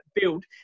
build